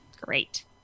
great